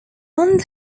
one